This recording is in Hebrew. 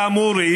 כאמור,